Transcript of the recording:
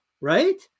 right